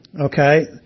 okay